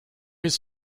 his